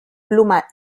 pluma